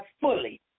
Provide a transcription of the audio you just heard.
fully